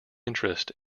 interest